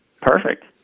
Perfect